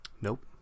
Nope